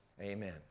Amen